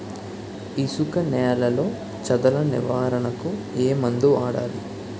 ఇసుక నేలలో చదల నివారణకు ఏ మందు వాడాలి?